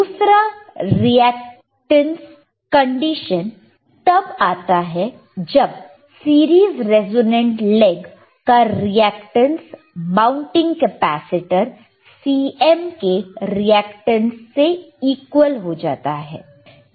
दूसरा reactance condition तब आता है जब सीरीज रिजोनेंट लेग का रिएक्टेंस माउंटिंग कैपेसिटर Cm के रिएक्टेंस इक्वल हो जाता है